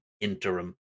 interim